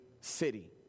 city